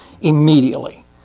immediately